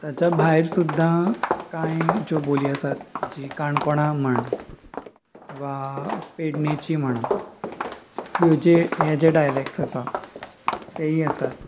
ताच्या भायर सुद्दां कांय ज्यो बोली आसात जी काणकोणा म्हण वा पेडणेची म्हणा ह्यो जे हे जे डायलेक्ट्स आसा तेयी आसात